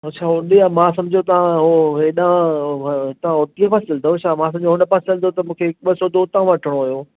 अच्छा होॾे आहे मां सम्झो तव्हां उहो हेॾां उहो हितां ओटीअ पासे हलंदौ छा मां सम्झो हुन पासे हलंदौ त मूंखे हिकु ॿ सौ थो हुतां वठणो हुयो